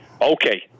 Okay